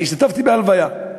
אני השתתפתי בהלוויה.